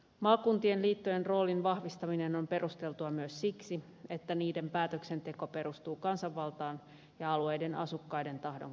maakuntien liittojen roolin vahvistaminen on perusteltua myös siksi että niiden päätöksenteko perustuu kansanvaltaan ja alueiden asukkaiden tahdon kuulemiseen